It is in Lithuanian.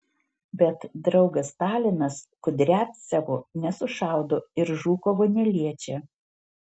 bet draugas stalinas kudriavcevo nesušaudo ir žukovo neliečia